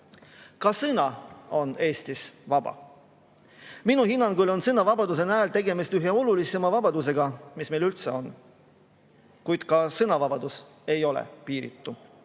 sõna on Eestis vaba. Minu hinnangul on sõnavabaduse näol tegemist ühe olulisema vabadusega, mis meil üldse on, kuid ka sõnavabadus ei ole piiritu